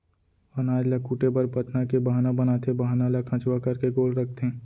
अनाज ल कूटे बर पथना के बाहना बनाथे, बाहना ल खंचवा करके गोल रखथें